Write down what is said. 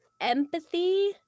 empathy